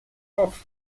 off